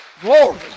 Glory